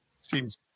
seems